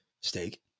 Steak